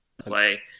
Play